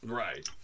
right